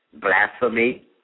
blasphemy